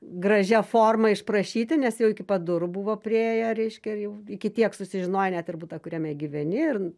gražia forma išprašyti nes jau iki pat durų buvo priėję reiškia jau iki tiek susižinojo net ir butą kuriame gyveni ir